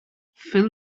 fill